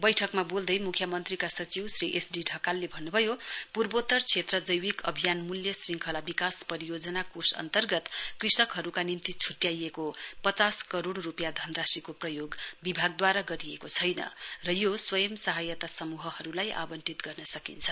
वैठकमा बोल्दै मुख्यमन्त्रीका सचिव श्री एस डी ढकालले भन्नभयो पूर्वोत्तर क्षेत्र जौविक अभियान मूल्य श्रङ्खला विकास परियोजना कोष अन्तर्गत कृषकहरुका निम्ति छुट्याइएको पचास करोड़ रुपियाँ धनराशिको प्रयोग विभागद्वारा गरिएको छैन र यो स्वयं सहायता समूहहरुलाई आवंटित गर्न सकिन्छ